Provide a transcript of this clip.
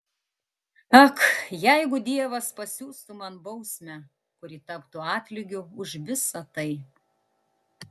ak jeigu dievas pasiųstų man bausmę kuri taptų atlygiu už visa tai